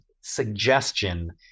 suggestion